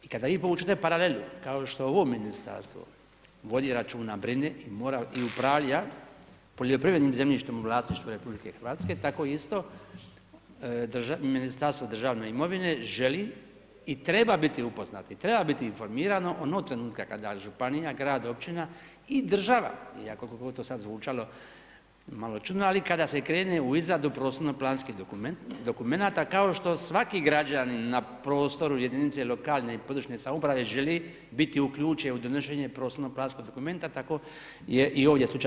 I kada vi povučete paralelu kao što ovo ministarstvo vodi računa, brine i upravlja poljoprivrednim zemljištem u vlasništvu Republike Hrvatske, tako isto Ministarstvo državne imovine želi i treba biti upoznat, treba biti informirano onog trenutka kada županija, grad, općina i država i ako koliko god to sad zvučalo malo čudno ali kada se krene u izradu prostorno-planskih dokumenata kao što svaki građanin na prostoru jedinice lokalne i područne samouprave želi biti uključen u donošenje prostorno-planskog dokumenta tako je i ovdje slučaj.